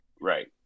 right